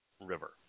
River